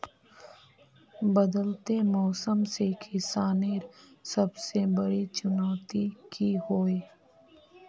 बदलते मौसम से किसानेर सबसे बड़ी चुनौती की होय?